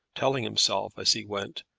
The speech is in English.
telling himself, as he went,